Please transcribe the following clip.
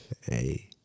Hey